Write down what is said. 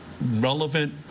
relevant